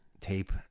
tape